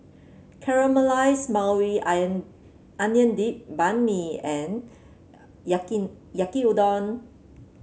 Caramelize Maui Ion Onion Dip Banh Mi and Yaki Yaki Udon